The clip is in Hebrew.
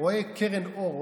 רואה קרן אור,